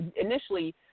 initially –